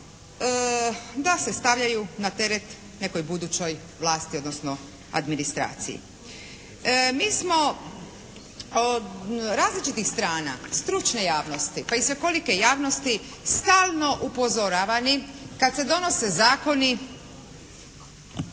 da se stavljaju na teret nekoj budućoj vlasti odnosno administraciji. Mi smo različitih strana, stručne javnosti pa i svekolike javnosti stalno upozoravani kad se donose zakoni